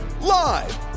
Live